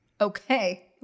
Okay